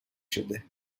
شده